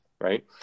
right